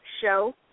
Show